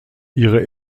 ihre